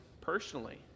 personally